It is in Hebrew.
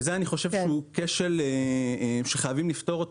אני חושב שזה כשל שחייבים לפתור אותו.